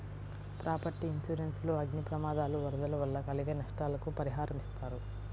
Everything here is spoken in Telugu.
ప్రాపర్టీ ఇన్సూరెన్స్ లో అగ్ని ప్రమాదాలు, వరదలు వల్ల కలిగే నష్టాలకు పరిహారమిస్తారు